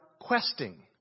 questing